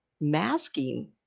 masking